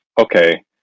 okay